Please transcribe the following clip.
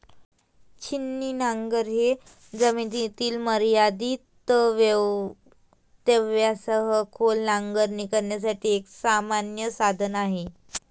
छिन्नी नांगर हे जमिनीच्या मर्यादित व्यत्ययासह खोल नांगरणी करण्यासाठी एक सामान्य साधन आहे